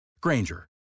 Granger